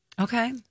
okay